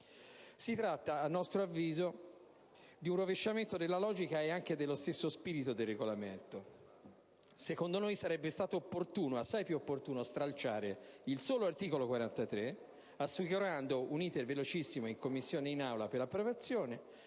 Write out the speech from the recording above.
Si tratta, a nostro avviso, di un rovesciamento della logica e dello stesso spirito del Regolamento. Secondo noi, sarebbe stato assai più opportuno stralciare il solo articolo 43, assicurando un *iter* velocissimo in Commissione e in Aula per l'approvazione